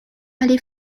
allée